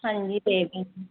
ਹਾਂਜੀ ਦੇ ਦਿਓ